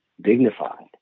dignified